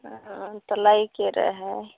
हँ तऽ लैके रहै